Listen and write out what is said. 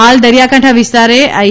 હાલ દરિયા કાંઠા વિસ્તારે આઈ